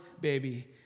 baby